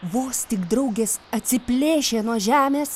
vos tik draugės atsiplėšė nuo žemės